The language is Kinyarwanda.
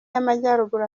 y’amajyaruguru